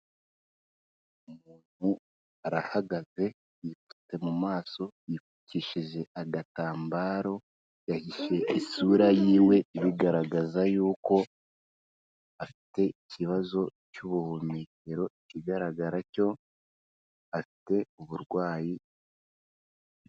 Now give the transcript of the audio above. Umuntu arahagaze, yipfutse mu maso. Yipfukishije agatambaro, yahishe isura yiwe ibigaragaza y'uko afite ikibazo cy'ubuhumekero. Ikigaragara cyo afite uburwayi.